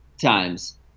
times